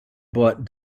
bought